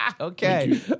Okay